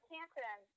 Canton